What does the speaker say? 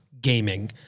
gaming